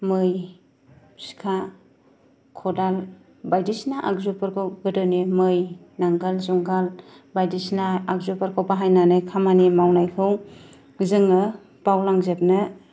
मै सिखा खदाल बायदिसिना आगजुफोरखौ गोदोनि मै नांगोल जुंगाल बायदिसिना आगजुफोरखौ बाहायनानै खामानि मावनायखौ जोङो बावलांजोबनो